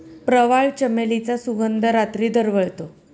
प्रवाळ, चमेलीचा सुगंध रात्री दरवळतो